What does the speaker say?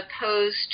opposed